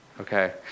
Okay